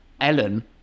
Ellen